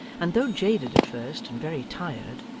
and though jaded at first, and very tired,